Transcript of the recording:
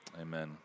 Amen